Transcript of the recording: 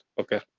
okay